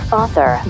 author